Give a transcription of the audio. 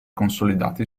consolidati